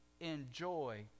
enjoy